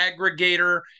aggregator